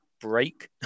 break